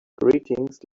greetings